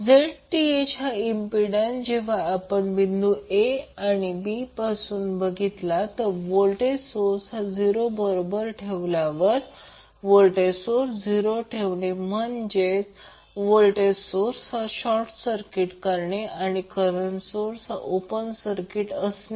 ZTh हा impedance जेव्हा आपण बिंदू a b पासून बघितला तर व्होल्टेज सोर्स हा 0 बरोबर ठेवल्यावर व्होल्टेज सोर्स 0 ठेवणे म्हणजेच व्होल्टेज सोर्स हा शॉर्ट सर्किट करणे आणि करंट सोर्स हा ओपन सर्किट असणे